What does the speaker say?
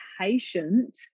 patient